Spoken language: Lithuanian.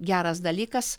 geras dalykas